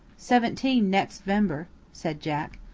seventeen next vember, said jack.